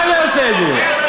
מה, אני לא אעשה את זה?